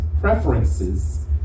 preferences